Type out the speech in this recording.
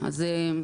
בסדר.